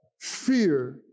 fear